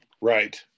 right